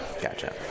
gotcha